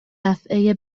دفعه